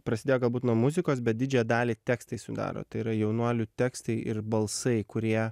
prasidėjo galbūt nuo muzikos bet didžiąją dalį tekstai sudaro tai yra jaunuolių tekstai ir balsai kurie